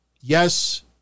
Yes